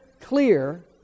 clear